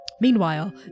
Meanwhile